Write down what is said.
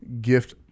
gift